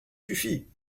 suffit